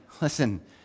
listen